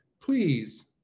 Please